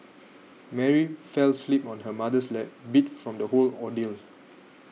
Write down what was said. Mary fell asleep on her mother's lap beat from the whole ordeal